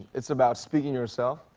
it's about speaking yourself.